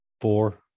Four